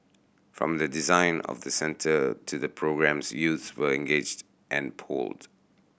from the design of the centre to the programmes youth were engaged and polled